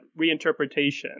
reinterpretation